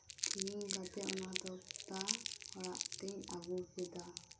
ᱠᱤᱨᱤᱧ ᱠᱟᱛᱮᱫ ᱚᱱᱟ ᱛᱚᱠᱛᱟ ᱚᱲᱟᱜ ᱛᱤᱧ ᱟᱜᱩ ᱠᱮᱫᱟ